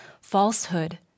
falsehood